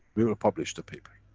we will publish the paper.